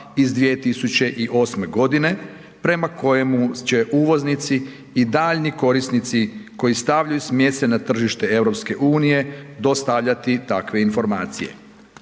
1272/2008 prema kojemu će uvoznici i daljnji korisnici koji stavljaju smjese na tržište EU-a, dostavljati takve informacije.